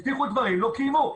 הבטיחו דברים ולא קיימו.